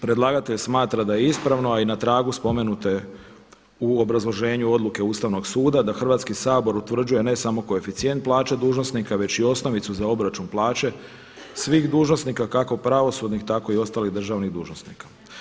Predlagatelj smatra da je ispravno a i na tragu spomenute u obrazloženju odluke Ustavnog suda da Hrvatski sabor utvrđuje ne samo koeficijent plaće dužnosnika već i osnovicu za obračun plaće svih dužnosnika kako pravosudnih tako i ostalih državnih dužnosnika.